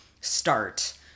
start